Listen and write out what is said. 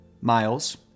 Miles